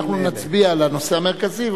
אנחנו נצביע על הנושא המרכזי,